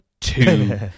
two